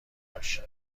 باشی